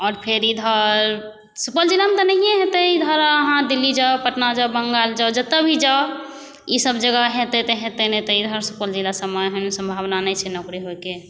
आओर फेर इधर सुपौल जिलामे तऽ नहिए हेतै इधर अहाँ दिल्ली जाउ पटना जाउ बङ्गाल जाउ जतऽ भी जाउ ई सब जगह हेतै तऽ हेतै नहि हेतै तऽ सुपौल जिला सबमे ओहन सम्भावना नहि छै नौकरी होइके